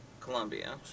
Colombia